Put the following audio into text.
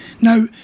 Now